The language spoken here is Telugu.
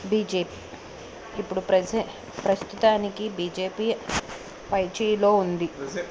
బీజేపీ ఇప్పుడు ప్రస ప్రస్తుతానికి బీజేపీ పైచేయలో ఉంది